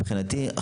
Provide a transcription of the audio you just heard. מבחינתי,